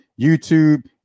YouTube